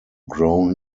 grown